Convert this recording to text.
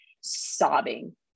sobbing